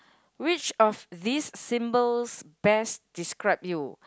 which of these symbols best describe you